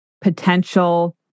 potential